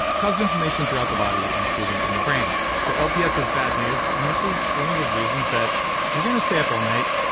causes inflammation throughout the body including in the brain. so lps is bad news and this is one of those reasons if you're going to stay up all night,